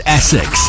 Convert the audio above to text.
Essex